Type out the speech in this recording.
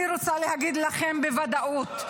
אני רוצה להגיד לכם בוודאות,